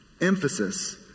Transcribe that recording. emphasis